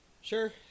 Sure